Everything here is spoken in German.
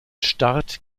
start